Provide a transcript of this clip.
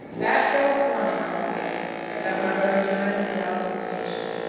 that fellow was lying altogether, he said, about my brother dying at the ogden station.